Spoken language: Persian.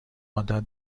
عادت